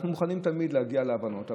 אנחנו מוכנים תמיד להגיע להבנות,